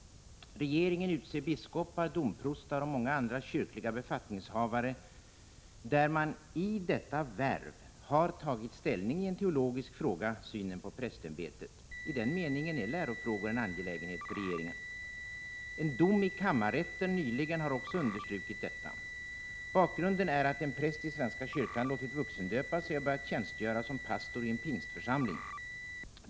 Regeringen utser biskopar, domprostar och många andra kyrkliga befattningshavare. I detta värv har regeringen tagit ställning i en teologisk fråga, nämligen synen på prästämbetet. I den meningen är lärofrågor en angelägenhet för regeringen. En dom i kammarrätten nyligen har också understrukit detta. Bakgrunden är att en präst i svenska kyrkan låtit vuxendöpa sig och börjat tjänstgöra som pastor i en pingstförsamling.